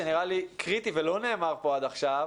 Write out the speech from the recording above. שנראה לי קריטי ולא נאמר פה עד עכשיו,